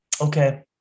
Okay